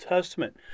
Testament